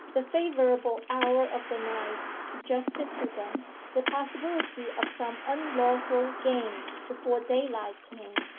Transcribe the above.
the favourable hour of the night suggested to them the possibility of some unlawful gain before daylight came.